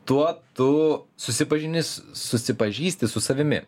tuo tu susipažini susipažįsti su savimi